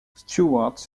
stewart